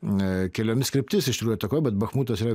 keliomis kryptis iš tikrųjų atakuoja bet bachmutas yra